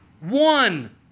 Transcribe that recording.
One